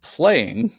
playing